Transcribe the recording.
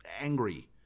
angry